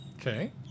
Okay